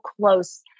close